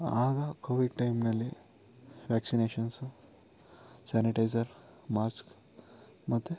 ಆಗ ಕೋವಿಡ್ ಟೈಮಿನಲ್ಲಿ vaccinations sanitiser mask ಮತ್ತೆ